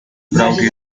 brought